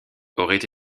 auraient